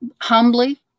humbly